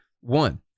One